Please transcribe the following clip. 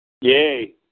Yay